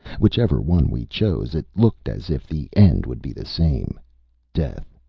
whichever one we chose, it looked as if the end would be the same death.